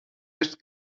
with